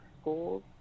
schools